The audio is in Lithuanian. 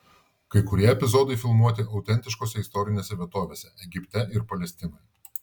kai kurie epizodai filmuoti autentiškose istorinėse vietovėse egipte ir palestinoje